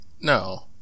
no